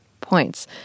points